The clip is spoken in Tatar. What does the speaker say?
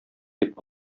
дип